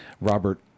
Robert